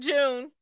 June